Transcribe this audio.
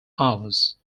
hours